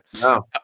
No